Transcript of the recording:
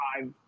five